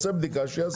רוצה בדיקה שיעשה.